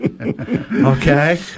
Okay